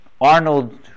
Arnold